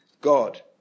God